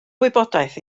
wybodaeth